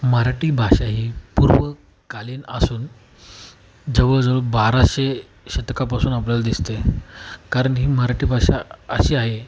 मराठी भाषा ही पूर्व कालीन असून जवळजवळ बाराशे शतकापासून आपल्याला दिसते आहे कारण ही मराठी भाषा अशी आहे